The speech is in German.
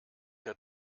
der